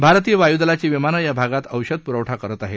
भारतीय वायुदलाची विमानं या भागात औषध पुरवठा करत आहेत